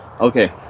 Okay